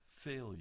failure